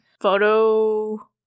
Photo